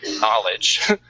knowledge